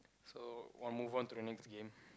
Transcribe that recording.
so want move on to the next game